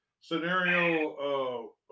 scenario